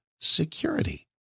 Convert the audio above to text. Security